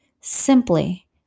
simply